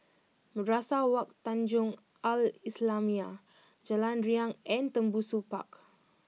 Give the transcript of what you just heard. Madrasah Wak Tanjong Al islamiah Jalan Riang and Tembusu Park